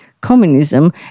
communism